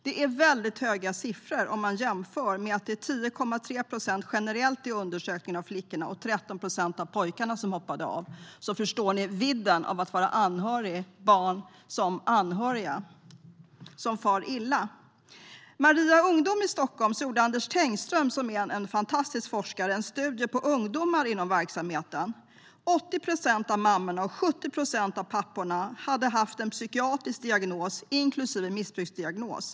Det är väldigt höga siffror om man jämför med att det generellt i undersökningen är 10,3 procent av flickorna och 13 procent av pojkarna som hoppade av. Då förstår ni vidden av vad det innebär att vara anhörig och barn som far illa. På Maria Ungdom i Stockholm gjorde Anders Tengström, en fantastisk forskare, en studie på ungdomar inom verksamheten. 80 procent av mammorna och 70 procent av papporna hade haft psykiatrisk diagnos inklusive missbruksdiagnos.